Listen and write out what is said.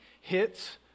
hits